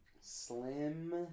slim